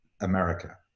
America